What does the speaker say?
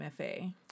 MFA